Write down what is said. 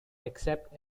except